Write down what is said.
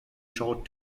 short